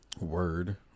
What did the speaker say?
word